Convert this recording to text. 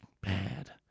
bad